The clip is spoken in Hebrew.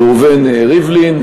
ראובן ריבלין,